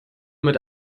mit